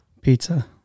pizza